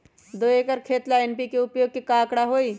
दो एकर खेत ला एन.पी.के उपयोग के का आंकड़ा होई?